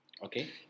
Okay